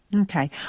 Okay